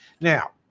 Now